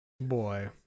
Boy